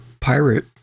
pirate